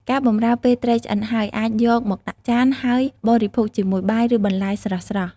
ការបម្រើពេលត្រីឆ្អិនហើយ អាចយកមកដាក់ចាន ហើយបរិភោគជាមួយបាយ ឬបន្លែស្រស់ៗ។